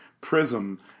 prism